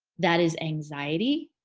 that is anxiety,